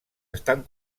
estan